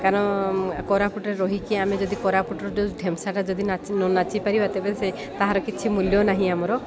କାରଣ କୋରାପୁଟରେ ରହିକି ଆମେ ଯଦି କୋରାପୁଟର ଢେମ୍ସାଟା ଯଦି ନାଚି ନ ନାଚିପାରିବା ତେବେ ସେ ତାହାର କିଛି ମୂଲ୍ୟ ନାହିଁ ଆମର